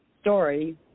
story